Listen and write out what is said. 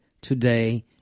today